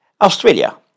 Australia